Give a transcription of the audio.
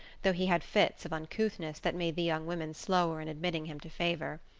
though he had fits of uncouthness that made the young women slower in admitting him to favour.